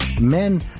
Men